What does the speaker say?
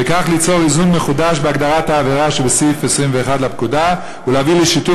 וכך ליצור איזון מחודש בהגדרת העבירה שבסעיף 21(2) לפקודה ולהביא לשיתוף